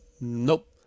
Nope